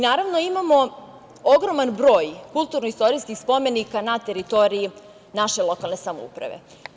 Naravno, imamo ogroman broj kulturno-istorijskih spomenika na teritoriji naše lokalne samouprave.